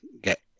get